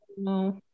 no